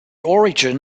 origin